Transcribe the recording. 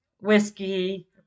whiskey